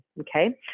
okay